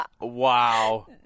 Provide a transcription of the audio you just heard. Wow